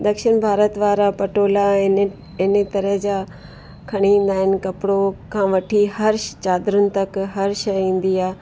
दक्षिण भारत वारा पटोला आहिन इन तरह जा खणी ईंदा आहिनि कपिड़ो खां वठी हर श चादरुनि तक हर शइ ईंदी आहे